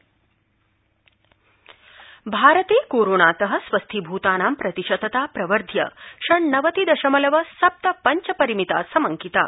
भारते कोरोना भारते कोरोनात स्वस्थीभूतानां प्रतिशतता प्रवर्ध्य पण्णवति दशमलव सप्त पञ्च परिमिता समंकिता